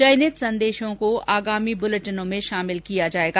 चयनित संदेशों को आगामी बुलेटिनों में शामिल किया जाएगा